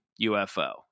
ufo